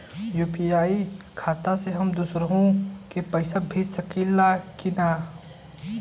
UPI खाता से हम दुसरहु के पैसा भेज सकीला की ना?